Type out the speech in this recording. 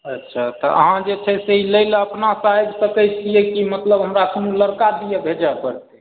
अच्छा तऽ अहाँ जे छै से ई लै ला अपनासँ आबि सकैत छीयै की मतलब हमरा कोनो लड़का दिअ भेजऽ पड़तै